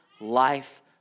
life